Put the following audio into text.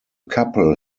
couple